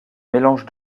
mélange